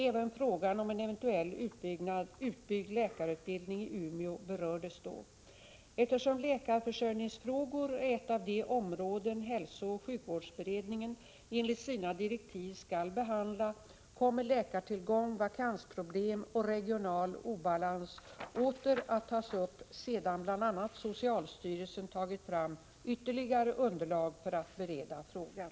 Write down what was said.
Även frågan om en eventuell utbyggd läkarutbildning i Umeå berördes då. Eftersom läkarförsörjningsfrågor är ett av de områden hälsooch sjukvårdsberedningen enligt sina direktiv skall behandla, kommer läkartillgång, vakansproblem och regional obalans åter att tas upp sedan bl.a. socialstyrelsen tagit fram ytterligare underlag för att bereda frågan.